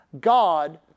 God